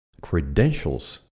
credentials